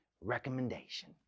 recommendation